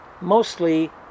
mostly